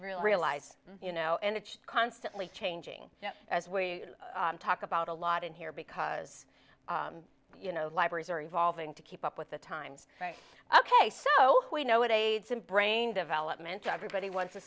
realize you know and it's constantly changing as we talk about a lot in here because you know libraries are evolving to keep up with the times ok so we know what age some brain development everybody wants